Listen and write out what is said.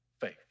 faith